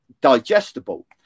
digestible